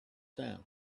sound